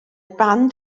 band